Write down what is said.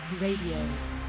Radio